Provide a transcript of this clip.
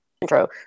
intro